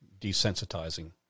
desensitizing